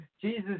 Jesus